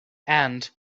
and